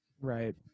Right